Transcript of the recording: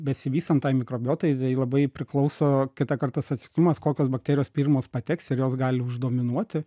besivystant tai mikrobiotai tai labai priklauso kitąkart tas atsitiknumas kokios bakterijos pirmos pateks ir jos gali uždominuoti